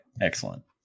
excellent